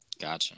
Gotcha